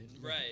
Right